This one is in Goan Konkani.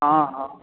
आं हां